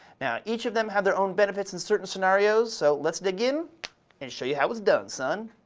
now each of them have their own benefits in certain scenarios so let's dig in and show you how it's done son!